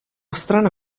strana